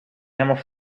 helemaal